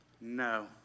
No